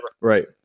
Right